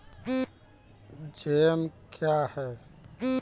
Jam क्या हैं?